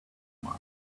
mine